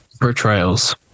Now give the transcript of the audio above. portrayals